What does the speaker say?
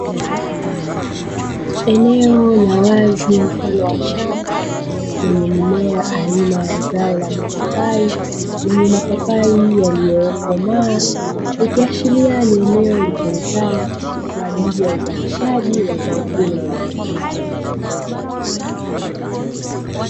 Eneo la wazi mfano wa shamba lenye mimea aina ya zao la mipapai lenye mapapai yaliyokomaa, ikihashiria ni eneo litumikalo kwa ajili ya uzalishaji wa zao hilo la biashara.